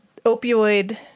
opioid